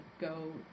go